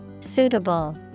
Suitable